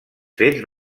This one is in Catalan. fets